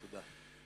תודה.